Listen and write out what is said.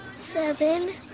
Seven